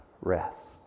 rest